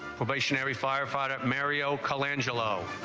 firefighter mariota lands yellow